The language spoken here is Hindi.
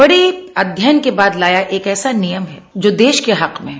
बड़ी अध्ययन के बाद लाया एक ऐसा नियम है जो देश के हक में है